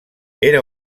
era